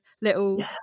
little